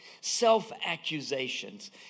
self-accusations